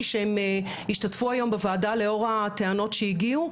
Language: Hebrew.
שהם ישתתפו היום בוועדה לאור הטענות שהגיעו.